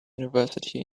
university